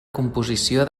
composició